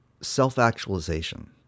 self-actualization